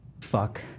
Fuck